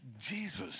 Jesus